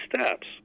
steps